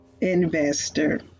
investor